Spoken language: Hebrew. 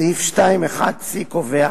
סעיף 2(1)(c) קובע